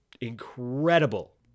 incredible